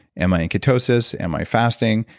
am i in ketosis? am i fasting?